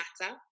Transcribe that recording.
matter